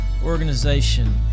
organization